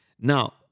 Now